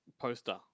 poster